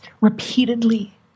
repeatedly